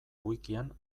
wikian